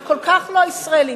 זה כל כך לא ישראלי.